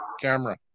camera